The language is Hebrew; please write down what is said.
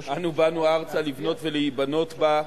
אנו באנו ארצה לבנות ולהיבנות בה,